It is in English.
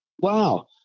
wow